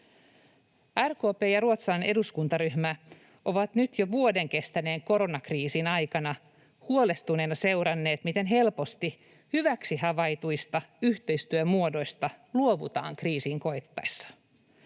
RKP ja ruotsalainen eduskuntaryhmä ovat nyt jo vuoden kestäneen koronakriisin aikana huolestuneina seuranneet, miten helposti hyväksi havaituista yhteistyömuodoista luovutaan kriisin koittaessa.